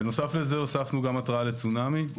בנוסף לזה הוספנו גם התרעה לצונאמי.